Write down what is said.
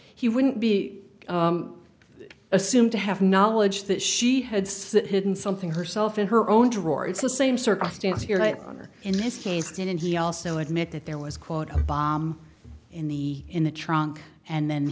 he wouldn't be assumed to have knowledge that she had hidden something herself in her own drawer it's the same circumstance here right on or in this case didn't he also admit that there was quote a bomb in the in the trunk and then